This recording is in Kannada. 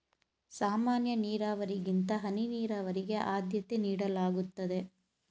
ಸಾಮಾನ್ಯ ನೀರಾವರಿಗಿಂತ ಹನಿ ನೀರಾವರಿಗೆ ಆದ್ಯತೆ ನೀಡಲಾಗುತ್ತದೆ